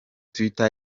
twitter